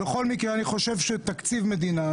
בכל מקרה אני חושב שתקציב מדינה,